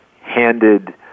handed